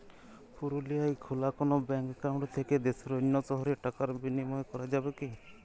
পুরুলিয়ায় খোলা কোনো ব্যাঙ্ক অ্যাকাউন্ট থেকে দেশের অন্য শহরে টাকার বিনিময় করা যাবে কি?